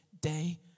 day